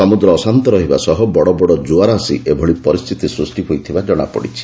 ସମୁଦ୍ର ଅଶାନ୍ତ ରହିବା ସହ ବଡ଼ ବଡ଼ କୁଆର ଆସି ଏଭଳି ପରିସ୍ଚିତି ସୃଷ୍ ହୋଇଥିବା ଜଣାପଡ଼ିଛି